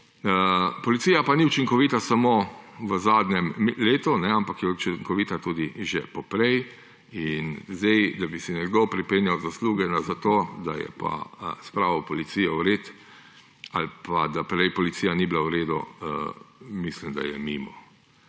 Policija pa ni učinkovita samo v zadnjem letu, ampak je bila učinkovita tudi že poprej. In da bi si zdaj nekdo pripenjal zasluge za to, da je spravil policijo v red ali pa da prej policija ni bila v redu, mislim, da je mimo.